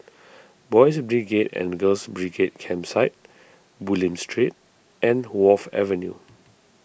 Boys' Brigade and Girls' Brigade Campsite Bulim Street and Wharf Avenue